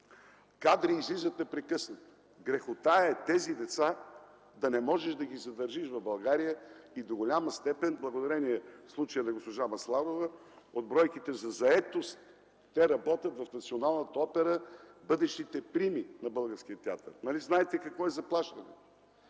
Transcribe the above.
Кадри излизат непрекъснато. Грехота е тези деца да не можеш да ги задържиш в България и до голяма степен благодарение на госпожа Масларова в случая – от бройките за заетост, те работят в Националната опера – бъдещите прими на българския театър. Нали знаете какво е заплащането?